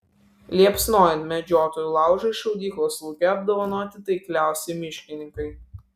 liepsnojant medžiotojų laužui šaudyklos lauke apdovanoti taikliausi miškininkai